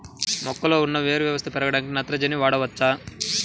మొక్కలో ఉన్న వేరు వ్యవస్థ పెరగడానికి నత్రజని వాడవచ్చా?